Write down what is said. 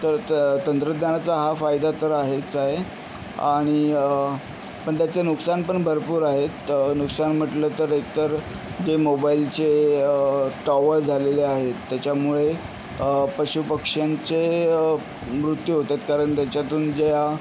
तर त्या तंत्रज्ञानाचा हा फायदा तर आहेच आहे आणि पण त्याचे नुकसान पण भरपूर आहेत तर नुकसान म्हटलं तर एक तर जे मोबाईलचे टॉवं झालेले आहेत त्याच्यामुळे पशुपक्ष्यांचे मृत्यू होतात कारण त्याच्यातून ज्या